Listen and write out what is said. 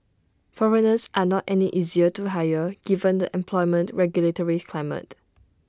foreigners are not any easier to hire given the employment regulatory climate